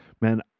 man